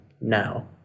now